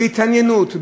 בהתעניינות,